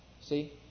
See